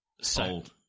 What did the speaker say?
Sold